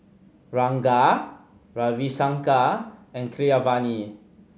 Ranga Ravi Shankar and Keeravani